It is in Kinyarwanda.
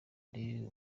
ari